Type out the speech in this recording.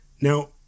Now